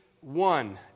one